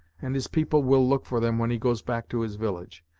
and his people will look for them when he goes back to his village.